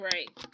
Right